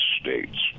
states